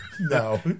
No